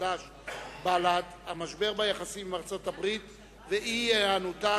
חד"ש ובל"ד: המשבר ביחסים עם ארצות-הברית ואי-היענותה